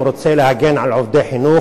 הוא רוצה להגן על עובדי חינוך.